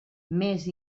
més